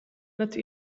not